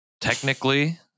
technically